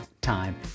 time